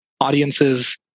audiences